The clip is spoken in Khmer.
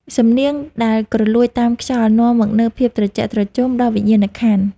សំនៀងដែលគ្រលួចតាមខ្យល់ នាំមកនូវភាពត្រជាក់ត្រជុំដល់វិញ្ញាណក្ខន្ធ។